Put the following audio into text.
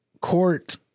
court